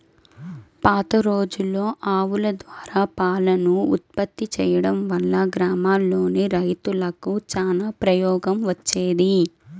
పాతరోజుల్లో ఆవుల ద్వారా పాలను ఉత్పత్తి చేయడం వల్ల గ్రామాల్లోని రైతులకు చానా ప్రయోజనం వచ్చేది